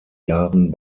jahren